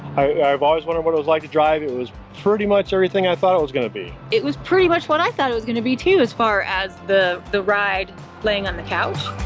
i've always wondered what it was like to drive it, it was pretty much everything i thought it was gonna be. it was pretty much what i thought it was gonna be too, as far as the the ride laying on the couch.